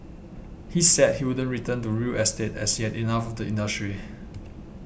he said he wouldn't return to real estate as he had enough of the industry